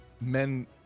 men